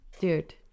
dude